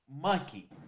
monkey